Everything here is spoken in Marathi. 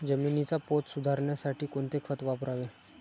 जमिनीचा पोत सुधारण्यासाठी कोणते खत वापरावे?